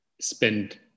spend